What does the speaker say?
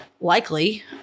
likely